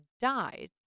died